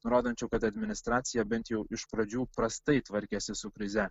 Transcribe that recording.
rodančių kad administracija bent jau iš pradžių prastai tvarkėsi su krize